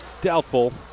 Doubtful